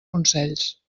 consells